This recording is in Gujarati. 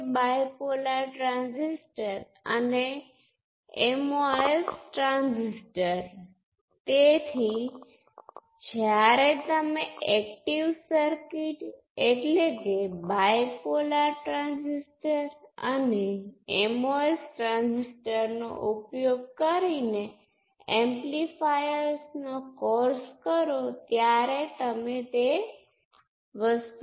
બરાબર રેઝિસ્ટન્સ અથવા ગણતરી સાથે ગણતરી કરવાનું પસંદ કરવા જેવું અહીં આપણી પાસે વધુ પસંદગીઓ છે કારણ કે આપણી પાસે પોર્ટ વધુ વેરિયેબલ છે અને તેથી વધુ